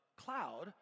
cloud